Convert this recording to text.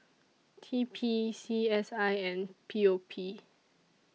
T P C S I and P O P